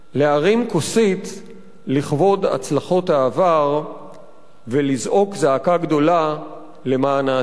להרים כוסית לכבוד הצלחות העבר ולזעוק זעקה גדולה למען העתיד."